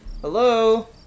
Hello